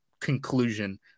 conclusion